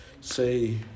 say